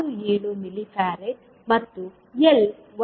67 millifarad ಮತ್ತು L 1